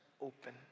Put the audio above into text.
open